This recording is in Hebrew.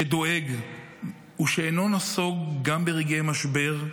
שדואג ושאינו נסוג גם ברגעי משבר.